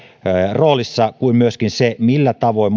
roolissa samoin kuin myöskin se millä tavoin